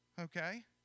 Okay